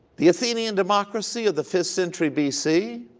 the athenian democracy of the fifth century bc,